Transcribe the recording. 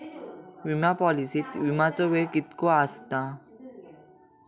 विमा पॉलिसीत विमाचो वेळ कीतको आसता?